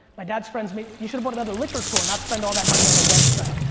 my dad's friends made. you should've bought another liquor store, not spend all that money on a website.